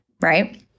right